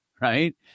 right